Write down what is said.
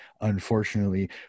Unfortunately